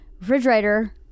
Refrigerator